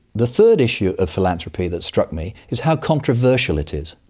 the third issue of philanthropy that struck me is how controversial it is.